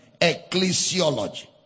Ecclesiology